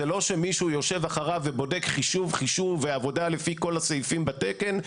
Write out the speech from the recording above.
זה לא שמישהו יושב אחריו ובודק חישוב חישוב ועבודה לפי כל הסעיפים בתקן.